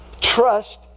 Trust